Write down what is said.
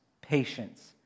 patience